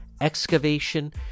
excavation